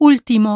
Último